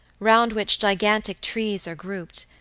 round which gigantic trees are grouped,